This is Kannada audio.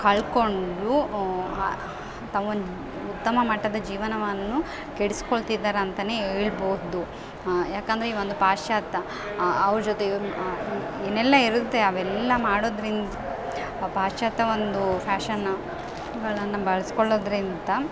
ಕಳಕೊಂಡು ತಮ್ಮೊಂದು ಉತ್ತಮ ಮಟ್ಟದ ಜೀವನವನ್ನು ಕೆಡ್ಸಿಕೊಳ್ತಿದಾರ್ ಅಂತಾ ಹೇಳ್ಬೋದು ಯಾಕಂದರೆ ಇವೊಂದು ಪಾಶ್ಚಾತ್ಯ ಅವ್ರ ಜೊತೆ ಇನ್ನೆಲ್ಲಯಿರುತ್ತೆ ಅವೆಲ್ಲ ಮಾಡೋದ್ರಿಂದ್ ಪಾಶ್ಚಾತ್ಯ ಒಂದು ಫ್ಯಾಷನ್ನಗಳನ್ನು ಬಳಸ್ಕೊಳ್ಳೋದ್ರಿಂತ